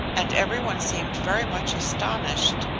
and every one seemed very much astonished,